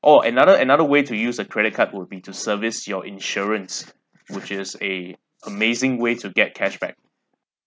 oh another another way to use a credit card would be to service your insurance which is a amazing way to get cashback